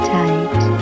tight